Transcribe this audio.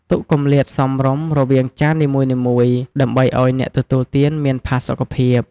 ទុកគម្លាតសមរម្យរវាងចាននីមួយៗ ដើម្បីឱ្យអ្នកទទួលទានមានផាសុខភាព។